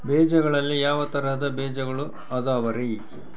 ಬೇಜಗಳಲ್ಲಿ ಯಾವ ತರಹದ ಬೇಜಗಳು ಅದವರಿ?